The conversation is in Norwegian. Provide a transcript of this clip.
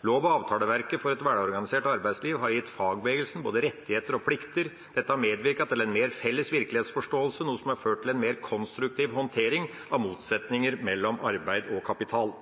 Lov- og avtaleverket for et velorganisert arbeidsliv har gitt fagbevegelsen både rettigheter og plikter. Dette har medvirket til en mer felles virkelighetsforståelse, noe som har ført til en mer konstruktiv håndtering av motsetninger mellom arbeid og kapital.